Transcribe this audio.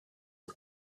are